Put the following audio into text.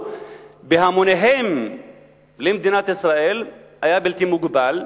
בהמוניהם למדינת ישראל היתה בלתי מוגבלת,